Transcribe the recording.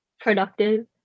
productive